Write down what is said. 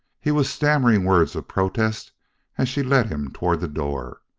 he was stammering words of protest as she led him toward the door.